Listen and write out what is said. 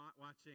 watching